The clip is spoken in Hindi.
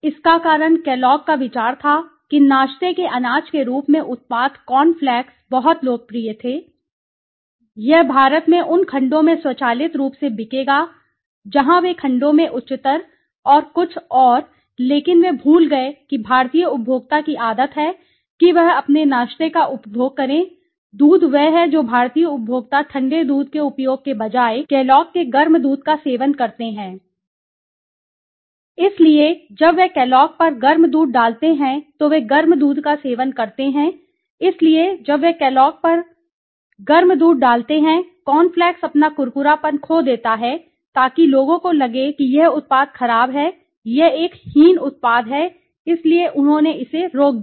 इसका कारण केलॉग का विचार था कि नाश्ते के अनाज के रूप में उत्पाद कॉर्न फ्लेक्स बहुत लोकप्रिय थे यह भारत में उन खंडों में स्वचालित रूप से बिकेगा जहां वे खंडों में उच्चतर और कुछ और लेकिन वे भूल गए कि भारतीय उपभोक्ता की आदत है कि वह अपने नाश्ते का उपभोग करें दूध वह है जो भारतीय उपभोक्ता ठंडे दूध के उपयोग के बजाय केलॉग के गर्म दूध का सेवन करते हैं इसलिए जब वे केलॉग पर गर्म दूध डालते हैं तो वे गर्म दूध का सेवन करते हैं इसलिए जब वे केलॉग पर गर्म दूध डालते हैं कॉर्नफ्लेक्स अपना कुरकुरापन खो देता है ताकि लोगों को लगे कि यह उत्पाद खराब है यह एक हीन उत्पाद है इसलिए उन्होंने इसे रोक दिया